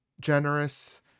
generous